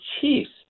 Chiefs